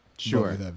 Sure